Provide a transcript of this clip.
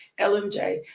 LMJ